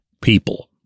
people